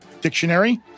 dictionary